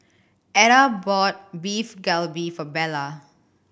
Eda bought Beef Galbi for Bella